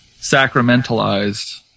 sacramentalized